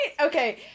Okay